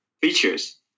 features